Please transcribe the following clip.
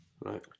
right